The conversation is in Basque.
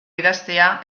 idaztea